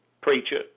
Preacher